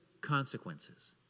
consequences